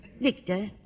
Victor